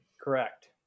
Correct